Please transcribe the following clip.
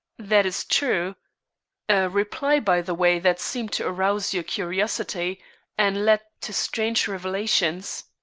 that is true a reply by the way that seemed to arouse your curiosity and lead to strange revelations.